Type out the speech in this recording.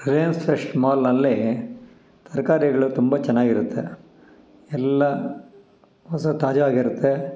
Reliance Fresh ಮಾಲ್ನಲ್ಲಿ ತರಕಾರಿಗಳು ತುಂಬ ಚೆನ್ನಾಗಿರುತ್ತೆ ಎಲ್ಲ ಹೊಸ ತಾಜಾ ಆಗಿರುತ್ತೆ